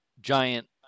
giant